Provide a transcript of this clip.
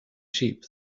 cheap